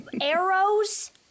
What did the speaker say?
arrows